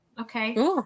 okay